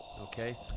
Okay